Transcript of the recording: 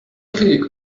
krieg